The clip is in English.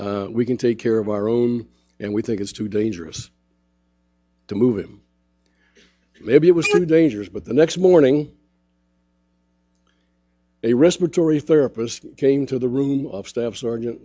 we can take care of our own and we think it's too dangerous to move him maybe it was very dangerous but the next morning a respiratory therapist came to the room of staff sergeant